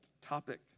topic